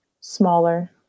smaller